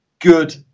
good